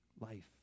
life